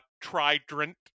trident